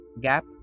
gap